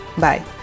Bye